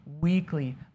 weekly